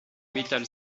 metal